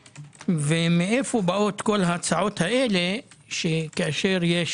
ומאיפה באות כל ההצעות האלה שכאשר יש